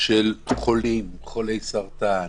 של חולי סרטן,